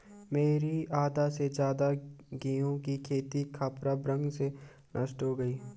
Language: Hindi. मेरी आधा से ज्यादा गेहूं की खेती खपरा भृंग से नष्ट हो गई